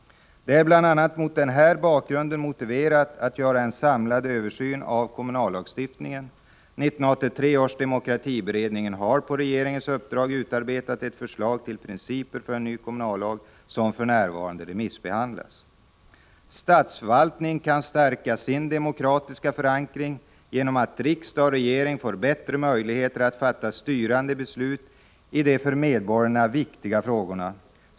Det är bl.a. mot denna bakgrund motiverat att vi gör en samlad översyn av kommunallagstiftningen. 1983 års demokratiberedning har på regeringens uppdrag utarbetat ett förslag till principer för en ny kommunallag, som för närvarande remissbehandlas. Statsförvaltningen kan stärka sin demokratiska förankring genom att riksdag och regering får bättre möjligheter att fatta styrande beslut i de för medborgarna viktiga frågorna.